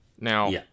Now